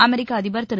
அமெரிக்க அதிபர் திரு